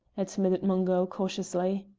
admitted mungo, cautiously.